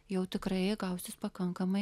jau tikrai gausis pakankamai